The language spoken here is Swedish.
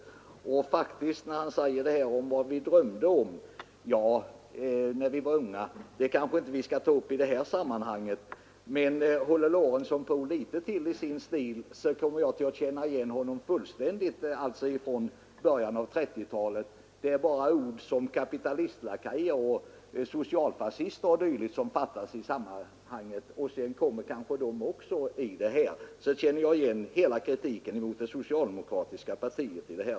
Vi kanske inte i detta sammanhang skall ta upp vad vi drömde om när vi var unga, men håller herr Lorentzon på litet till i samma stil känner jag igen honom fullständigt från början av 1930-talet — det är bara ord som kapitalistlakejer och socialfascister som fattas, men de kommer kanske också. I så fall känner jag igen hela kritiken mot det socialdemokratiska partiet.